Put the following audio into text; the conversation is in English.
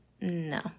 No